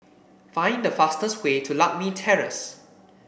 find the fastest way to Lakme Terrace